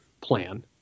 plan